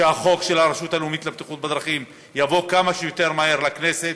שהחוק של הרשות הלאומית לבטיחות בדרכים יבוא כמה שיותר מהר לכנסת.